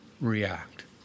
react